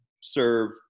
serve